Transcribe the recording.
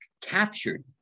captured